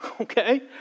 okay